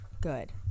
good